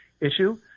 issue